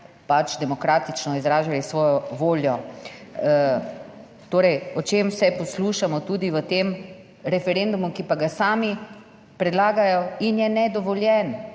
pač demokratično izražali svojo voljo. Torej, o čem vse poslušamo tudi v tem referendumu, ki pa ga sami predlagajo in je nedovoljen.